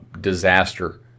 disaster